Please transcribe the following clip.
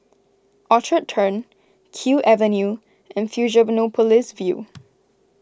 Orchard Turn Kew Avenue and Fusionopolis View